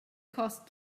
cost